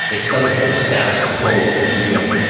they settle for the status quo, if you will.